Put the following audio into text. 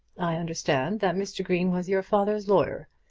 i understand that mr. green was your father's lawyer.